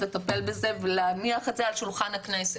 לטפל בזה ולהניח את זה על שולחן הכנסת.